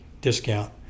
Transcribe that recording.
discount